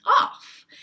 off